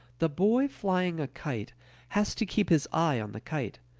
the boy flying a kite has to keep his eye on the kite,